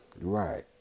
right